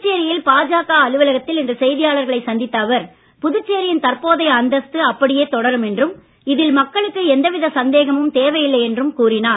புதுச்சேரியில் பாஜக அலுவலகத்தில் இன்று செய்தியாளர்களை சந்தித்த அவர் புதுச்சேரியின் தற்போதைய அந்தஸ்து அப்படியே தொடரும் என்றும் இதில் மக்களுக்கு எந்தவித சந்தேகமும் தேவையில்லை என்று கூறினார்